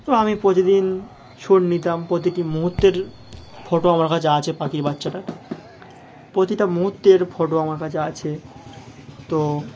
তো আমি প্রতিদিন শুট নিতাম প্রতিটি মুহূর্তের ফটো আমার কাছে আছে পাখির বাচ্চাটার প্রতিটা মুহূর্তের ফটো আমার কাছে আছে তো